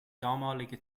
damalige